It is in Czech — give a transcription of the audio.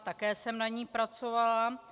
Také jsem na ní pracovala.